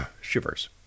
Shivers